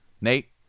Nate